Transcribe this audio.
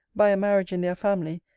by a marriage in their family,